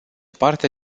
parte